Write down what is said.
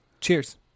cheers